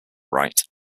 right